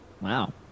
Wow